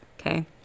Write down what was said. Okay